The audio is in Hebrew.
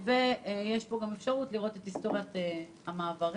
יש פה גם אפשרות לראות את היסטוריית המעברים.